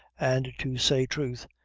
and, to say truth,